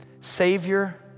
Savior